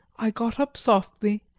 i got up softly,